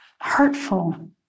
hurtful